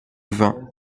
vins